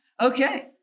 Okay